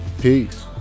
Peace